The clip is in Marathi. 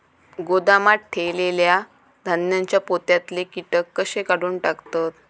गोदामात ठेयलेल्या धान्यांच्या पोत्यातले कीटक कशे काढून टाकतत?